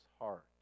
heart